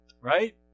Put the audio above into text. right